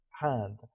hand